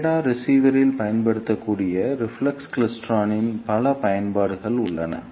radar ரிசீவரில் பயன்படுத்தக்கூடிய reflex கிளைஸ்டிரானின் பல பயன்பாடுகள் உள்ளன